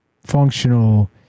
functional